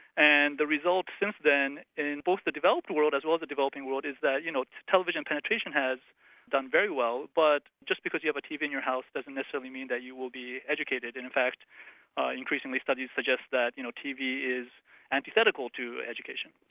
and the result since then in both the developed world as well as the developing world, is that you know television penetration has done very well, but just because you have a tv in your house, doesn't necessarily mean that you will be educated, in fact increasingly, studies suggest that you know tv is antithetical to education.